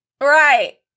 Right